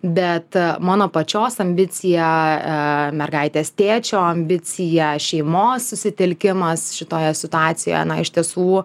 bet mano pačios ambicija mergaitės tėčio ambicija šeimos susitelkimas šitoje situacijoje iš tiesų